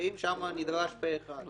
והאם שם נדרש פה אחד?